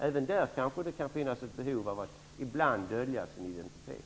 Även där kanske det kan finnas ett behov av att ibland dölja sin identitet.